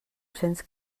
cents